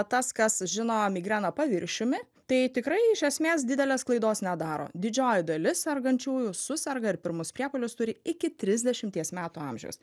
tas kas žino migreną paviršiumi tai tikrai iš esmės didelės klaidos nedaro didžioji dalis sergančiųjų suserga ir pirmus priepuolius turi iki trisdešimties metų amžiaus